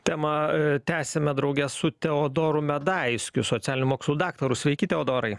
temą tęsiame drauge su teodoru medaiskiu socialinių mokslų daktaru sveiki teodorai